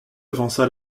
avança